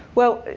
well,